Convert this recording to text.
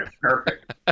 Perfect